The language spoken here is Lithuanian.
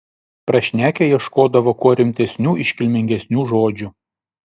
prašnekę ieškodavo kuo rimtesnių iškilmingesnių žodžių